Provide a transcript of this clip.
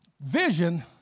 vision